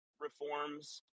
reforms